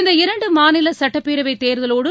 இந்த இரண்டு மாநில சட்டப்பேரவை தேர்தலோடு